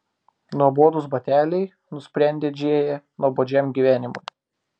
nuobodūs bateliai nusprendė džėja nuobodžiam gyvenimui